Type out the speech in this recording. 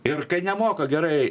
ir kai nemoka gerai